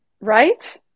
right